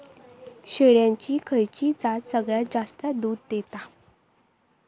शेळ्यांची खयची जात सगळ्यात जास्त दूध देता?